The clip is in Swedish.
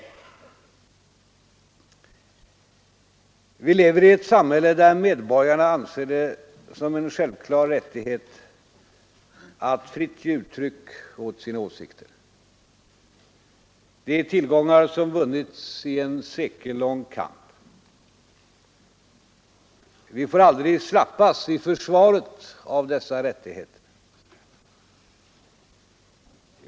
Vi lever i ett samhälle där medborgarna anser det som en självklar rättighet att fritt ge uttryck åt sina åsikter. Det är tillgångar som vunnits i en sekellång kamp. Vi får aldrig förslappas i försvaret av dessa rättigheter.